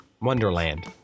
Wonderland